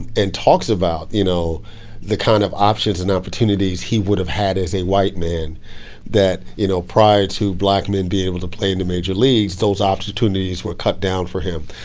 and talks about you know the kind of options and opportunities he would have had as a white man that, you know prior to black men being able to play in the major leagues, those opportunities were cut down for him.